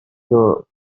your